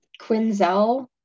Quinzel